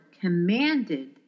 commanded